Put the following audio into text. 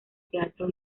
teatro